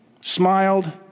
smiled